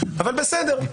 אבל בסדר.